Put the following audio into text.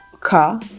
car